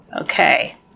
Okay